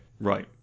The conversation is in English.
Right